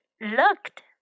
looked